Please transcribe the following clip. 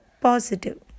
positive